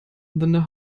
than